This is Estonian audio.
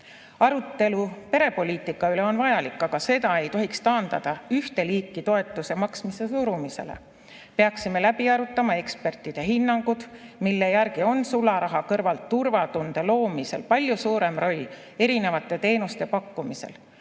Arutelu perepoliitika üle on vajalik, aga seda ei tohiks taandada ühte liiki toetuse maksmise surumisele. Peaksime läbi arutama ekspertide hinnangud, mille järgi on sularaha kõrval turvatunde loomisel palju suurem roll erinevate teenuste pakkumisel,